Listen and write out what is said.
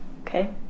Okay